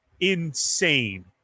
insane